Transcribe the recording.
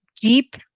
deep